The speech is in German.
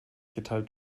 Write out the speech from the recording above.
geteilt